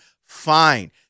fine